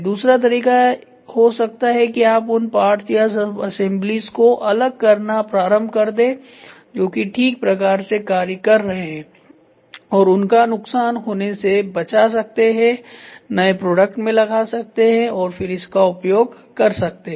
दूसरा तरीका यह हो सकता है कि आप उन पार्ट्स या सबअसेंबलीज को अलग करना प्रारंभ कर दें जो कि ठीक प्रकार से कार्य कर रहे हैं और उनका नुकसान होने से बचा सकते हैं नए प्रोडक्ट में लगा सकते हैं और फिर इसका उपयोग कर सकते हैं